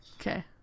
Okay